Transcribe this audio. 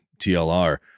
tlr